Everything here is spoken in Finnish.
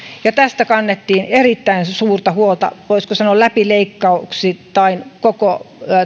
ja tästä kannettiin erittäin suurta huolta voisiko sanoa läpileikkauksittain koko